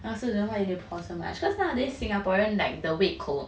I don't know why they pour so much because nowadays singaporean like the 胃口